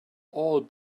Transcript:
all